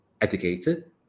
educated